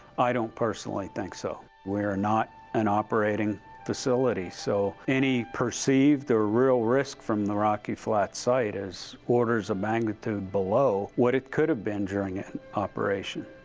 i don't personally think so. we're not an operating facility so any perceived or real risk from the rocky flats site is orders of magnitude below what it could've been during operation.